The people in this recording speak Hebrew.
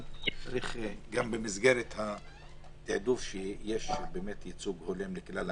אבל גם במסגרת התעדוף שיהיה ייצוג הולם לכלל המגזרים.